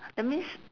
that means